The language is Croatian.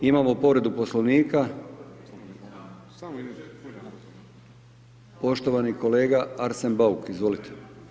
Imamo povredu Poslovnika, poštovani kolega Arsen Bauk, izvolite.